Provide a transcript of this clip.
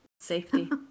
safety